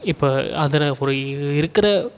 இப்போ அதில் ஒரு இருக்கிற